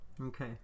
okay